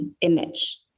image